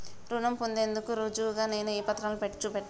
రుణం పొందేందుకు రుజువుగా నేను ఏ పత్రాలను చూపెట్టాలె?